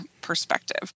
perspective